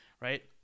right